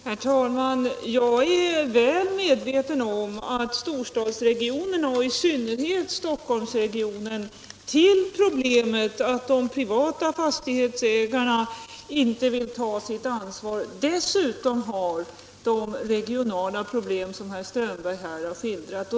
Herr talman! Jag är väl medveten om att storstadsregionerna, i synnerhet Stockholmsregionen, utöver problemet att de privata fastighetsägarna inte vill ta sitt ansvar, har de regionala problem som herr Strömberg har skildrat.